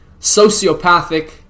sociopathic